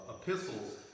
epistles